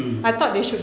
mm